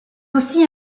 aussi